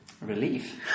relief